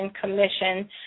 Commission